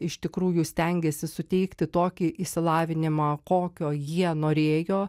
iš tikrųjų stengėsi suteikti tokį išsilavinimą kokio jie norėjo